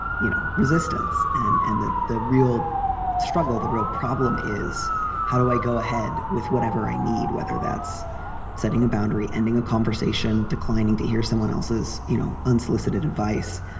you know, resistance and and the the real struggle. the real problem is how do i go ahead with whatever i need, whether that's setting a boundary, ending a conversation, declining to hear someone else's, you know, unsolicited advice.